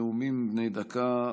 נאומים בני דקה.